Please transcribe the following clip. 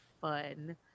fun